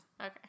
Okay